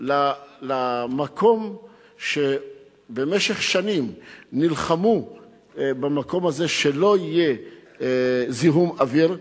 למקום שבמשך שנים נלחמו שלא יהיה בו זיהום אוויר,